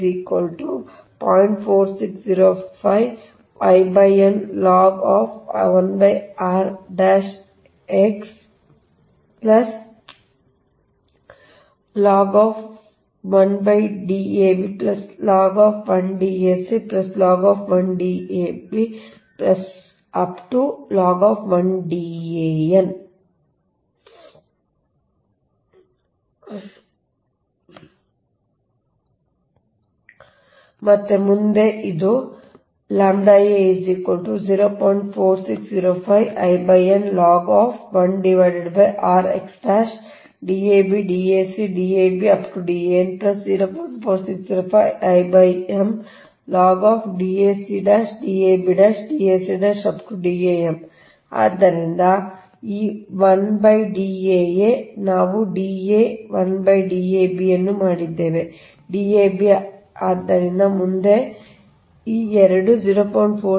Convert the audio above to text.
ಆದ್ದರಿಂದ ಈಗ ನಾವು ಈ ಸಮೀಕರಣವನ್ನು ಸರಳಗೊಳಿಸುತ್ತೇವೆ ಆದ್ದರಿಂದ ಮತ್ತು ಮುಂದೆ ಈಗ ಇದು ಆದ್ದರಿಂದ ಈ 1 D a ನಾವು Da 1 D ab ಅನ್ನು ಮಾಡಿದ್ದೇವೆ D ab ಆದ್ದರಿಂದ ಮುಂದೆ ಈ 2 0